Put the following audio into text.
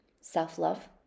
self-love